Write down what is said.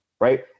right